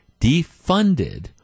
defunded